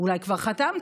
אולי כבר חתמת,